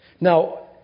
Now